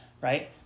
right